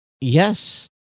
Yes